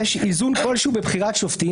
יש איזון כלשהו בבחירת שופטים,